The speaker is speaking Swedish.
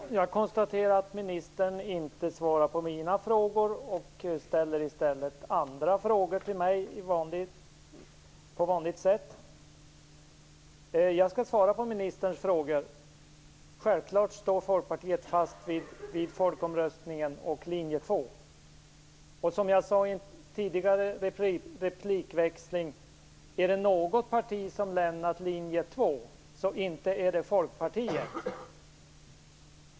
Herr talman! Jag konstaterar att ministern inte svarar på mina frågor, utan att han i stället ställer andra frågor till mig på vanligt sätt. Jag skall svara på ministerns frågor. Självfallet står Folkpartiet fast vid folkomröstningen och linje 2. Och, som jag sade i en tidigare replikväxling, är det något parti som har lämnat linje 2, så inte är det Folkpartiet.